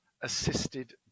assisted